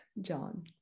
John